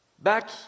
Back